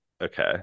Okay